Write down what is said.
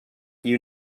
you